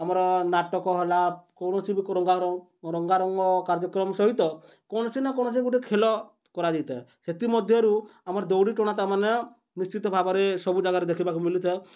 ଆମର ନାଟକ ହେଲା କୌଣସି ବି ରଙ୍ଗ ରଙ୍ଗାରଙ୍ଗ କାର୍ଯ୍ୟକ୍ରମ ସହିତ କୌଣସି ନା କୌଣସି ଗୋଟେ ଖେଲ କରାଯାଇଥାଏ ସେଥିମଧ୍ୟରୁ ଆମର ଦୌଡ଼ି ଟଣା ତାମାନେ ନିଶ୍ଚିତ ଭାବରେ ସବୁ ଜାଗାରେ ଦେଖିବାକୁ ମିଲିଥାଏ